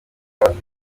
amatora